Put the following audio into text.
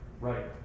right